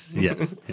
yes